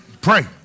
pray